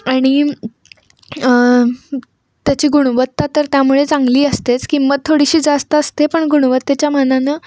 आणि त्याची गुणवत्ता तर त्यामुळे चांगली असतेच किंमत थोडीशी जास्त असते पण गुणवत्तेच्या मानानं